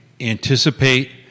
anticipate